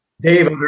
Dave